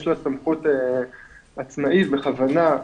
יש לה סמכות עצמאית בכוונה,